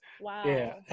Wow